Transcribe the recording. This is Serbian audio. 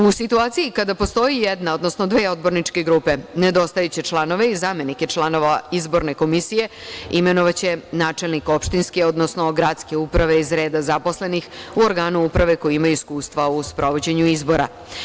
U situaciji kada postoji jedna, odnosno dve odborničke grupe nedostajeće članove i zamenike članova izborne komisije imenovaće načelnik opštinske, odnosno gradske uprave iz reda zaposlenih u organu uprave koji ima iskustva u sprovođenju izbora.